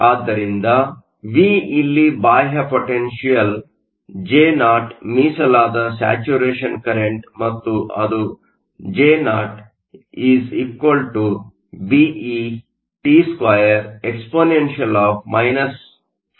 ಆದ್ದರಿಂದವಿ ಇಲ್ಲಿ ಬಾಹ್ಯ potential J0 ಮೀಸಲಾದ ಸ್ಯಾಚುರೇಷನ್ ಕರೆಂಟ್ ಮತ್ತು ಅದು J0 BeT2 exp ϕBkT ಆಗಿದೆ